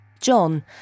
John